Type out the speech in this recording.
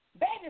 baby